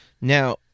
Now